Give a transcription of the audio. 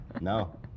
No